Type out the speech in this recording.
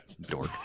Dork